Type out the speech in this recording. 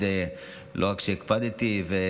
לא רק שהקפדתי תמיד,